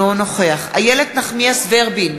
אינו נוכח איילת נחמיאס ורבין,